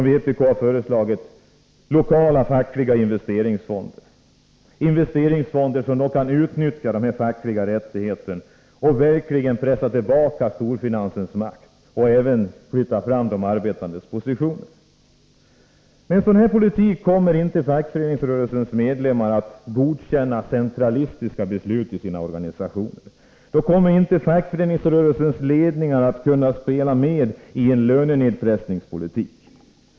Vpk har föreslagit lokala fackliga investeringsfonder, som kan utnyttja de fackliga rättigheterna och verkligen pressa tillbaka storfinansens makt och flytta fram de arbetandes positioner. Med en sådan politik kommer inte fackföreningsrörelsens medlemmar att godkänna centralistiska beslut i sina organisationer. Då kommer inte fackföreningsrörelsens ledningar att kunna spela med i en lönenedpressningspolitik.